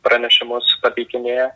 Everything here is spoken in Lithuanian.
pranešamus pateikinėja